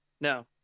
No